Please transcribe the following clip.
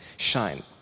shine